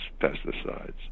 pesticides